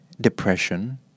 depression